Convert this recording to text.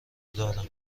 دارم